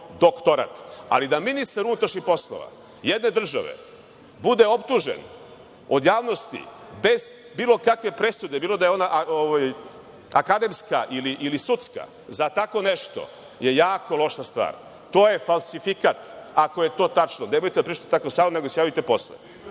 doktorat. Ali, da ministar unutrašnjih poslova, jedne države bude optužen od javnosti, bez bilo kakve presude, bilo da je ona akademska ili sudska, za tako nešto, je jako loša stvar. To je falsifikat, ako je to tačno. To je pitanje za Stefanovića. Rasim